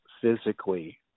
physically